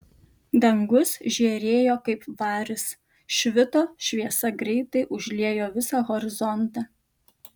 dangus žėrėjo kaip varis švito šviesa greitai užliejo visą horizontą